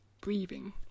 breathing